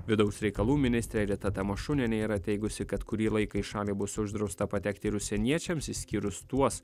vidaus reikalų ministrė rita tamašunienė yra teigusi kad kurį laiką į šalį bus uždrausta patekti ir užsieniečiams išskyrus tuos